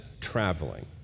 traveling